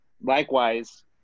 likewise